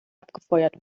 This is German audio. abgefeuert